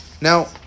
Now